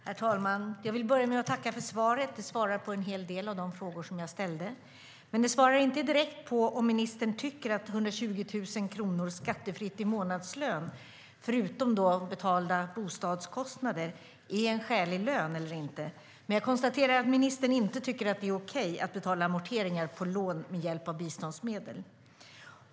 Herr talman! Jag vill börja med att tacka för svaret. Det svarar på en hel del av de frågor jag ställde, men det svarar inte direkt på om ministern tycker att 120 000 kronor skattefritt i månadslön, förutom betalda bostadskostnader, är en skälig lön eller inte. Jag konstaterar dock att ministern inte tycker att det är okej att betala amorteringar på lån med hjälp av biståndsmedel.